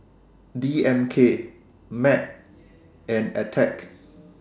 D M K Mac and Attack